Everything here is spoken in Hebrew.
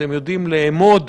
אתם יודעים לאמוד.